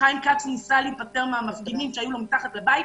שחיים כץ ניסה להיפטר מהמפגינים שהיו לו מתחת לבית,